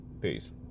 Peace